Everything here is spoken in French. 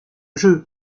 jeu